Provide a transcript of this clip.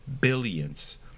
billions